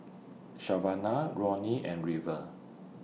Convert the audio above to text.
Savana Ronnie and River